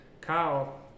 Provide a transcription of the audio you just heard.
Kyle